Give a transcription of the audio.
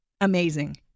amazing